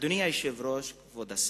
אדוני היושב-ראש, כבוד השר,